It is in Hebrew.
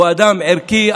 הוא אדם ערכי,